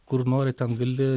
kur nori ten gali